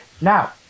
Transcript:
Now